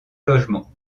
logement